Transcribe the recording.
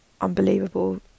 unbelievable